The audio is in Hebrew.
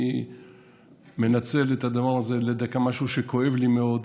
אני מנצל את הדבר הזה למשהו שכואב לי מאוד.